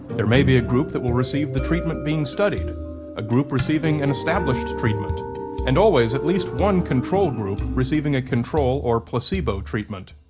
there may be a group that will receive the treatment being studied a group receiving an established treatment and always at least one control group receiving a control or placebo treatment.